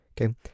okay